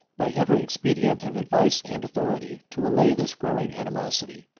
by every expedient of advice and authority, to allay this growing animosity.